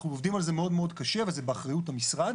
אנחנו עובדים על זה מאוד קשה וזה באחריות המשרד,